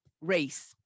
race